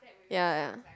ya ya